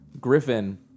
Griffin